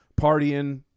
partying